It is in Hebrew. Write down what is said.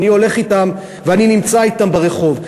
אני הולך אתם ואני נמצא אתם ברחוב,